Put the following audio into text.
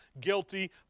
guilty